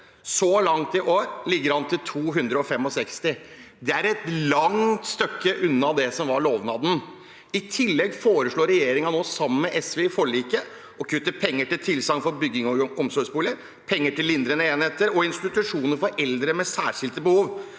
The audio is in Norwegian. Så langt i år ligger det an til 265 plasser. Det er et langt stykke unna det som var lovnaden. I tillegg foreslår regjeringen nå, i forliket med SV, å kutte penger til tilsagn for bygging av omsorgsboliger, til lindrende enheter og til institusjoner for eldre med særskilte behov.